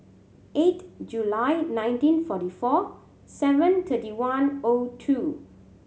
eight July nineteen forty four seven thirty one O two